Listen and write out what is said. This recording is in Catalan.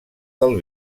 del